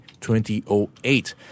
2008